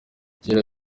kera